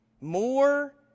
more